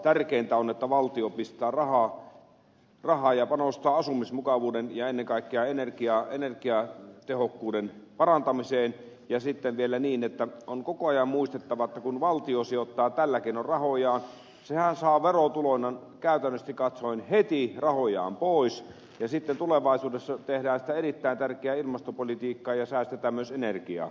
tärkeintä on että valtio pistää rahaa ja panostaa asumismukavuuden ja ennen kaikkea energiatehokkuuden parantamiseen ja sitten vielä niin että on koko ajan muistettava että kun valtio sijoittaa tällä keinoin rahojaan sehän saa verotuloina käytännöllisesti katsoen heti rahojaan pois ja sitten tulevaisuudessa tehdään sitä erittäin tärkeää ilmastopolitiikkaa ja säästetään myös energiaa